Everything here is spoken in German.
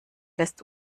lässt